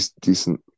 decent